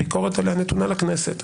הביקורת עליה נתונה לכנסת.